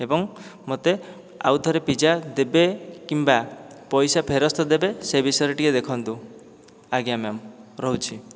ଏବଂ ମୋତେ ଆଉଥରେ ପିଜ୍ଜା ଦେବେ କିମ୍ବା ପଇସା ଫେରସ୍ତ ଦେବେ ସେ ବିଷୟରେ ଟିକେ ଦେଖନ୍ତୁ ଆଜ୍ଞା ମ୍ୟାଡ଼ାମ ରହୁଛି